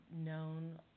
known